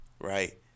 Right